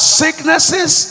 sicknesses